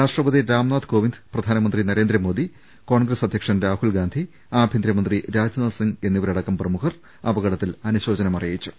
രാഷ്ട്രപതി രാംനാഥ് കോവിന്ദ് പ്രധാനമന്ത്രി നരേന്ദ്രമോദി കോൺഗ്രസ് അധ്യക്ഷൻ രാഹുൽ ഗാന്ധി ആഭ്യന്തരമന്ത്രി രാജ്നാഥ് സിങ്ങ് എന്നിവരടക്കം പ്രമുഖർ അപകടത്തിൽ അനുശോചനം അറി യിച്ചു